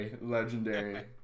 legendary